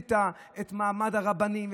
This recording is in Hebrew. וביזית את מעמד הרבנים,